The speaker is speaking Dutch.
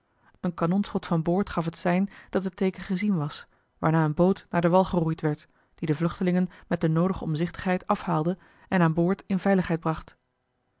een kanonschot van boord gaf het sein dat het teeken gezien was waarna een boot naar den wal geroeid werd die de vluchtelingen met de noodige omzichtigheid afhaalde en aan boord in veiligheid bracht